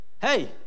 hey